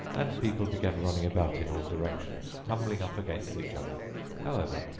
and people began running about in all directions, tumbling up against each other however,